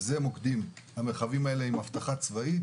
אלה מרחבים עם אבטחה צבאית,